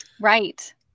Right